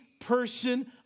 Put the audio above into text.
person